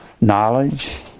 Knowledge